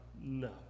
no